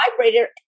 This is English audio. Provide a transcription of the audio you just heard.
vibrator